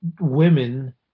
women